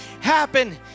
happen